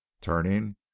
turning